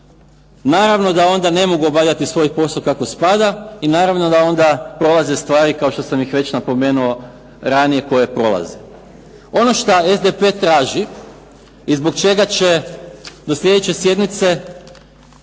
Naravno da onda ne mogu obavljati svoj posao kako spada i naravno da onda prolaze stvari, kao što sam ih već napomenuo ranije, koje prolaze. Ono što SDP traži i zbog čega će do sljedeće sjednice